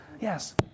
Yes